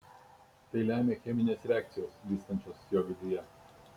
tai lemia cheminės reakcijos vykstančios jo viduje